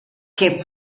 que